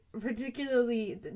particularly